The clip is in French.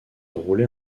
rouler